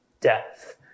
death